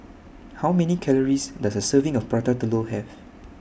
How Many Calories Does A Serving of Prata Telur Have